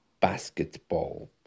basketball